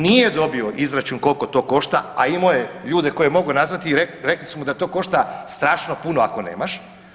Nije dobio izračun koliko to košta, a imao je ljude koje je mogao nazvati i rekli su mu da to košta strašno puno ako nemaš.